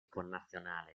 connazionale